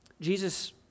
Jesus